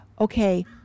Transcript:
okay